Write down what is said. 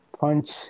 Punch